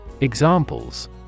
Examples